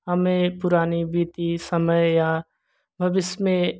हमे पुरानी बीते समय या भविष्य में